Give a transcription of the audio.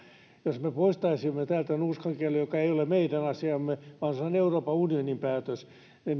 jos me poistaisimme täältä nuuskakiellon joka ei ole meidän asiamme vaan se on euroopan unionin päätös